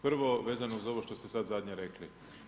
Prvo, vezano uz ovo što ste sad zadnje rekli.